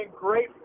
great